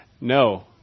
No